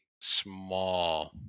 small